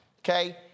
Okay